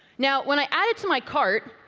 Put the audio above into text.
now, when i add it to my cart,